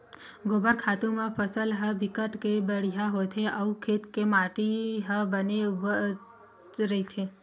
गोबर खातू म फसल ह बिकट के बड़िहा होथे अउ खेत के माटी ह बने उपजउ रहिथे